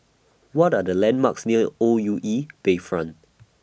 What Are The landmarks near O U E Bayfront